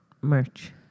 merch